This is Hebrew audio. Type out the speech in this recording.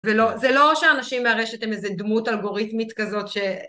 זה לא שאנשים מהרשת הם איזה דמות אלגוריתמית כזאת ש...